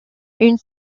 une